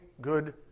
good